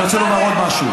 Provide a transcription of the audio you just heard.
אני רוצה להגיד עוד משהו,